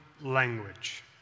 language